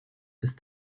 ist